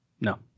No